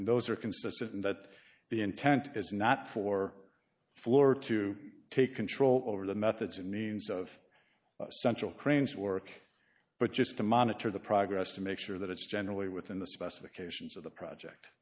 and those are consistent in that the intent is not for floor to take control over the methods and means of essential cranes work but just to monitor the progress to make sure that it's generally within the specifications of the project